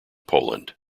poland